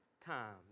time